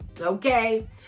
okay